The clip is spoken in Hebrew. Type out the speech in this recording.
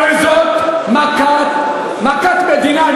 הרי זאת מכת מדינה.